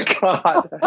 God